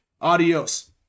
Adios